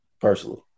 personally